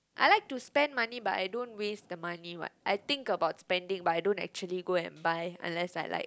I like to spend money but I don't waste the money what I think about spending but I don't actually go and buy unless like